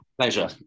Pleasure